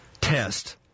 test